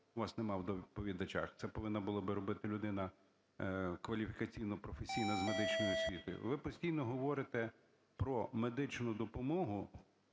вас немає в доповідачах, це повинна була би робити людина кваліфікаційно-професійна, з медичною освітою, ви постійно говорите про медичну допомогу